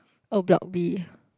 oh block B